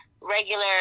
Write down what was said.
regular